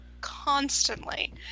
constantly